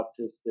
autistic